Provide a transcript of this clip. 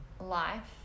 life